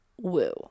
woo